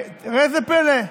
וראה איזה פלא,